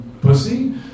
pussy